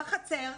בחצר,